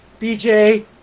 BJ